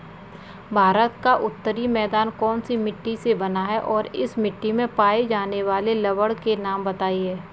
भारत का उत्तरी मैदान कौनसी मिट्टी से बना है और इस मिट्टी में पाए जाने वाले लवण के नाम बताइए?